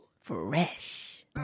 fresh